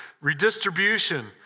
redistribution